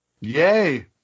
Yay